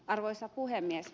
arvoisa puhemies